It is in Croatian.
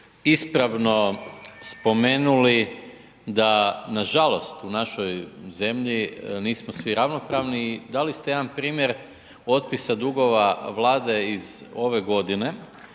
ispravno spomenuli da nažalost u našoj zemlji nismo svi ravnopravno i dali ste jedan primjer otpisa dugova Vlade iz ove godine